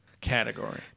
category